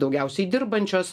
daugiausiai dirbančios